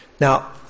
Now